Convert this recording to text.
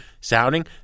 sounding